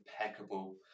impeccable